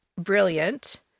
brilliant